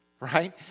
right